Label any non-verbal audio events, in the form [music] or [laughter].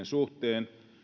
[unintelligible] suhteen